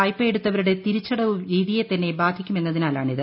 വായ്പയെടുത്തവരുടെ തിരിച്ചടവ് രീതിയെ തന്നെ ബാധിക്കുമെന്നതിനാൽ ആണിത്